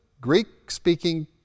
Greek-speaking